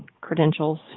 credentials